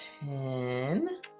Ten